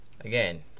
again